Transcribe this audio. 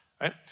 right